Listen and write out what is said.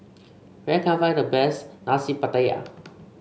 where can I find the best Nasi Pattaya